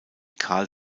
carl